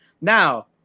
Now